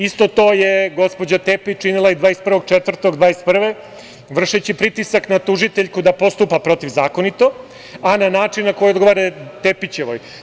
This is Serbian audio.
Isto to je gospođa Tepić učinila i 21. aprila 2021. godine vršeći pritisak na tužiteljku da postupa protivzakonito, a na način koji odgovara Tepićevoj.